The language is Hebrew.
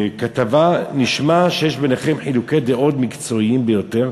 בכתבה נשמע שיש ביניכם חילוקי דעות מקצועיים ביותר,